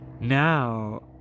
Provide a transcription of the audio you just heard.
now